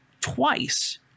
twice